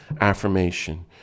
affirmation